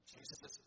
Jesus